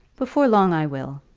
before long i will.